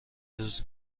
روز